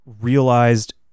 realized